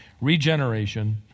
Regeneration